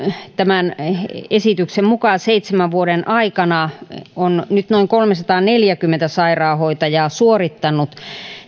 tämän esityksen mukaan seitsemän vuoden aikana on nyt noin kolmesataaneljäkymmentä sairaanhoitajaa suorittanut